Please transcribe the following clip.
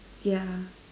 yeah